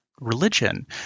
religion